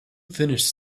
finished